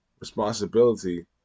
responsibility